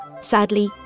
Sadly